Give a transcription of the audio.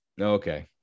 Okay